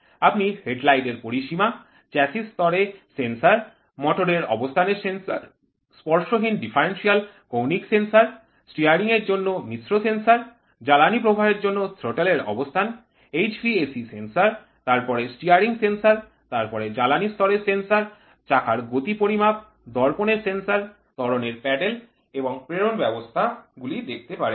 আপনি হেডলাইট এর পরিসীমা চেসিস স্তরে সেন্সর মোটরের অবস্থানের সেন্সর স্পর্শহীন ডিফারেনশিয়াল কৌণিক সেন্সর স্টিয়ারিংয়ের জন্য মিশ্র সেন্সর জ্বালানী প্রবাহের জন্য থ্রোটল এর অবস্থান HVAC সেন্সর তারপরে স্টিয়ারিং সেন্সর তারপরে জ্বালানী স্তরের সেন্সর চাকার গতি পরিমাপ দর্পণের সেন্সর ত্বরণের প্যাডেল এবং প্রেরণ ব্যবস্থা গুলি দেখতে পারেন